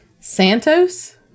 Santos